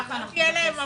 לא תהיה להם עבודה.